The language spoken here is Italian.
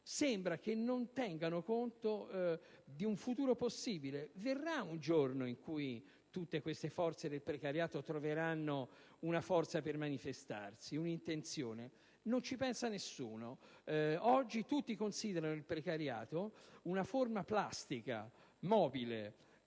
Sembra che non tengano conto di un futuro possibile: verrà un giorno in cui tutte queste forze del precariato troveranno una forza per manifestarsi, un'intenzione! Ma non ci pensa nessuno. Oggi tutti considerano il precariato una forma plastica e mobile